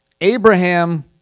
Abraham